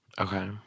Okay